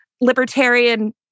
libertarian